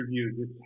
interviews